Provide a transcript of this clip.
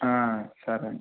సరే అండి